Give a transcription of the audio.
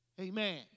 Amen